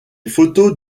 photos